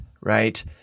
Right